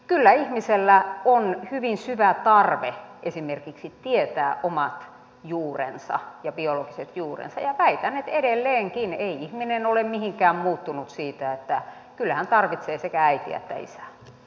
kyllä ihmisellä on hyvin syvä tarve esimerkiksi tietää omat juurensa ja biologiset juurensa ja väitän että edelleenkään ihminen ei ole mihinkään muuttunut siitä että kyllä hän tarvitsee sekä äitiä että isää